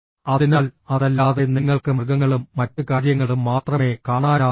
അതിനാൽ അതല്ലാതെ നിങ്ങൾക്ക് മൃഗങ്ങളും മറ്റ് കാര്യങ്ങളും മാത്രമേ കാണാനാകൂ